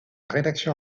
rédaction